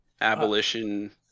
Abolition